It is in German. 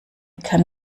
kann